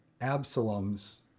Absalom's